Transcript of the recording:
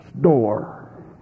door